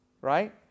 Right